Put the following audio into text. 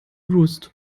roost